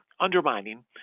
undermining